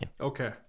Okay